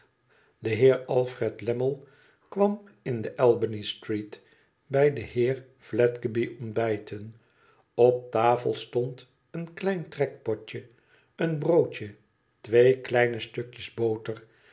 de heer alfred lammie kwam in de albanystreet bij den heer fledgeby ontbijten op tafel stond een klein trekpotje een broodje twee kleine stukjes boter